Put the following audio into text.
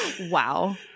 wow